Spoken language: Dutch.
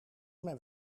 mijn